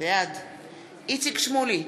בעד איציק שמולי,